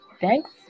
thanks